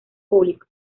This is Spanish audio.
público